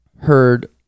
heard